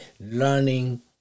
learning